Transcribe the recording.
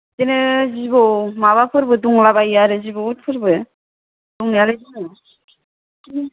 बिदिनो जिबौ माबाफोरबो दंलाबायो आरो जिबौबो उथबो दंनायालाय दङ